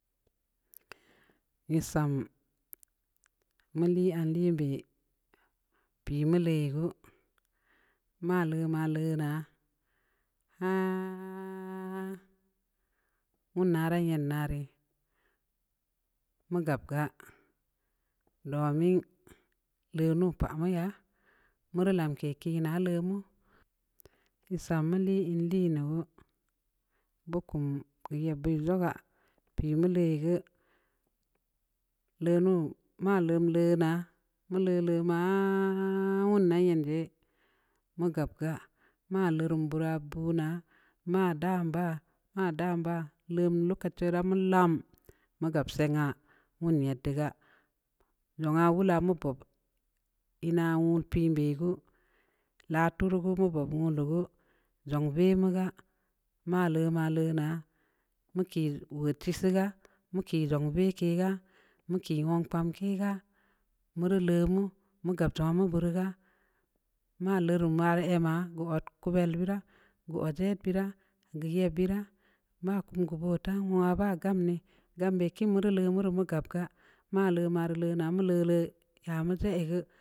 Ye samm mi le a limbə pə mə le gue ma ləe- ma ləe na hahhh wu na ra yen narre mu gap ga'a domin lenum pa'a mu ya mur lamki kii na le mu n sammu le ii le nague ba kum ya bə le nga be mu le gue le nuu ma lum le na'a me lələ məa əa wun na yan jəə mu gap ga ma lum burra bunə ma dam ba'a- ma dam ba' lum lu ka ci ra lam ma gap sa'ay nga mu nii ya edga lunga wula mu pup ii na'a wu pəə bə gue la tu urugue bap wa nu gue ndzong bə me ga'a ma lə- ma lə na'a muk watə sii ga'a mu ki rung bə kə ga mu k wam pam kii ga mure le mu mu gap tuuamu burga ma lurma a ma gu ɔe ku bə lura gu ɔe də pəra geu ye bəra ma kun gu buta wə ba gamnii gam bə kiin le ruwa gap ga ma lə mari le namu lələ ya me sii a gae.